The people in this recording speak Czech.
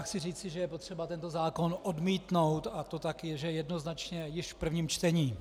Chci říci, že je potřeba tento zákon odmítnout, a to tak, že jednoznačně již v prvním čtení.